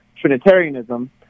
Trinitarianism